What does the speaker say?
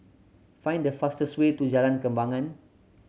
find the fastest way to Jalan Kembangan